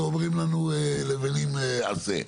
ואומרים לנו לבנים עשה.